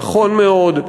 נכון מאוד,